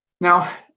Now